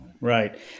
Right